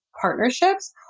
partnerships